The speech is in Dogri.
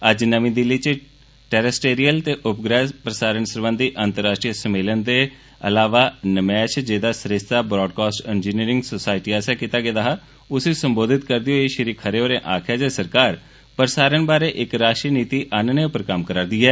अज्ज नमीं दिल्ली च टेरिस्टेरियल ते उपग्रैह् प्रसारण सरबंधी अंतर्राश्ट्री सम्मेलन ते नमैष जेह्दा सरिस्ता ब्राडकास्ट इंजीनियरिंग सोसायटी आसेआ कीता गेदा हा गी संबोधित करदे होई श्री खरे होरें आखेआ जे सरकार प्रसारण बारै इक राश्ट्री नीति आह्नने उप्पर कम्म करा'रदी ऐ